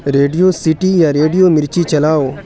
radio city یا radio Mirchi چلاؤ